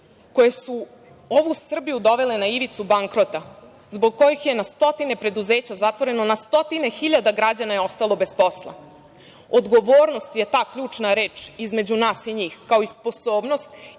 koje su ovu Srbiju dovele na ivicu bankrota, zbog kojih je na stotine preduzeća zatvoreno, na stotine hiljade građana je ostalo bez posla. Odgovornost je ta ključna reč između nas i njih, kao i sposobnost